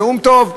נאום טוב.